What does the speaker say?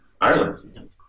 Ireland